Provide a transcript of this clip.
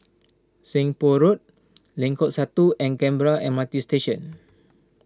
Seng Poh Road Lengkok Satu and Canberra M R T Station